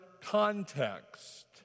context